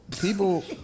people